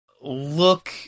look